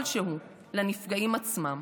כלשהו, לנפגעים עצמם.